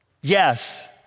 yes